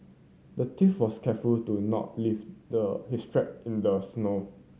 the thief was careful to not leave the his track in the snow